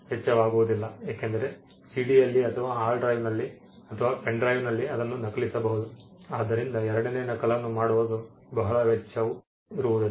ವೆಚ್ಚವಾಗುವುದು ಇಲ್ಲ ಏಕೆಂದರೆ ಸಿಡಿಯಲ್ಲಿ ಅಥವಾ ಹಾರ್ಡ್ ಡ್ರೈವ್ನಲ್ಲಿ ಅಥವಾ ಪೆನ್ ಡ್ರೈವ್ಗೆ ಅದನ್ನು ನಕಲಿಸಬಹುದು ಆದ್ದರಿಂದ ಎರಡನೇ ನಕಲನ್ನು ಮಾಡುವ ವೆಚ್ಚವು ಇರುವುದಿಲ್ಲ